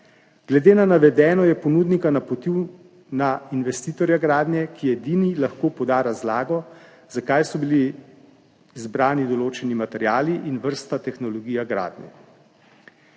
Glede na navedeno je ponudnika napotil na investitorja gradnje, ki edini lahko poda razlago, zakaj so bili izbrani določeni materiali in vrsta tehnologije gradnje.